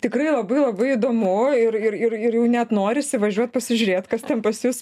tikrai labai labai įdomu ir ir ir ir jau net norisi važiuot pasižiūrėt kas ten pas jus